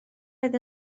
oedd